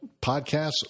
Podcasts